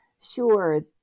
Sure